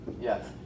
Yes